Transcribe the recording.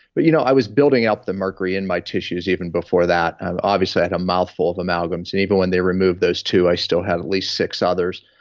but you know i was building up the mercury in my tissues even before that, and obviously i had a mouthful of amalgam, so and even when they removed those two, i still had at least six others.